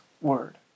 word